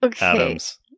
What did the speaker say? Adams